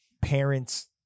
parents